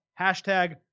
hashtag